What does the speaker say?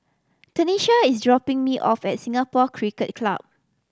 Tenisha is dropping me off at Singapore Cricket Club